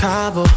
Cabo